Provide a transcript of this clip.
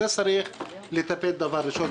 בזה צריך לטפל כדבר ראשון.